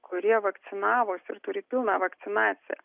kurie vakcinavosi ir turi pilną vakciją